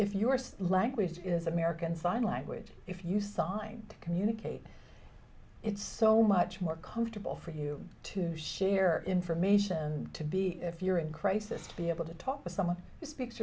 just language is american sign language if you sign to communicate it's so much more comfortable for you to share information to be if you're in crisis to be able to talk to someone who speaks